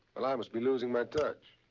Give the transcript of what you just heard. ah i must be losing my touch.